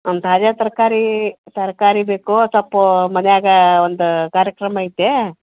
ಒಂದು ತಾಜಾ ತರಕಾರಿ ತರಕಾರಿ ಬೇಕು ಸ್ವಲ್ಪ ಮನೆಯಾಗ ಒಂದು ಕಾರ್ಯಕ್ರಮ ಐತೆ